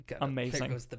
amazing